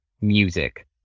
music